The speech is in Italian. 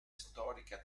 storica